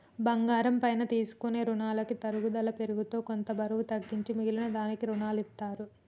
బంగారం పైన తీసుకునే రునాలకి తరుగుదల పేరుతో కొంత బరువు తగ్గించి మిగిలిన దానికి రునాలనిత్తారు